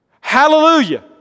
Hallelujah